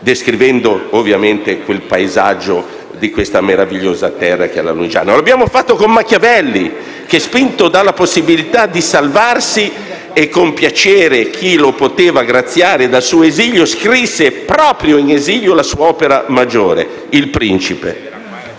descrivendo il paesaggio di quella splendida terra. Lo abbiamo fatto con Machiavelli che, spinto dalla possibilità di salvarsi e compiacere chi lo poteva graziare dal suo esilio, scrisse proprio in esilio la sua opera maggiore, Il Principe.